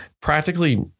practically